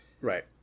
Right